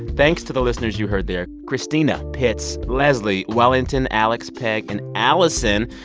thanks to the listeners you heard there, christina, pitz, leslie, wellington, alex, pegg and allison.